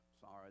sorry